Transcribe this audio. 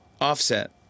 Offset